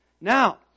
Now